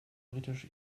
britisch